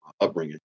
upbringing